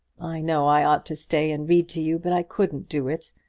i know i ought to stay and read to you but i couldn't do it.